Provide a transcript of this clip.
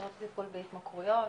השירות לטיפול בהתמכרויות.